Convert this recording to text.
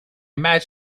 match